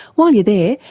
while you're there,